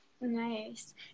Nice